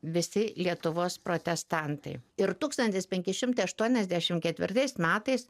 visi lietuvos protestantai ir tūkstantis penki šimtai aštuoniasdešim ketvirtais metais